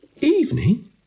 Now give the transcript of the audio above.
Evening